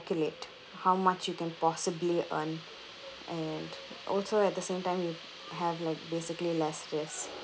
how much you can possibly earn and also at the same time you have like basically less risk